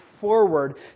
forward